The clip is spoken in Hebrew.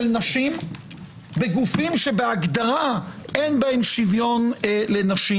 נשים בגופים שבהגדרה אין בהם שוויון לנשים.